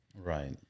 Right